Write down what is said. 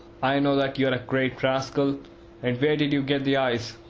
i know that you are a great rascal and where did you get the eyes?